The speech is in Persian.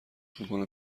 میکنم